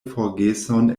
forgeson